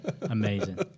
Amazing